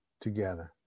together